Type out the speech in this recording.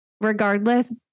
Regardless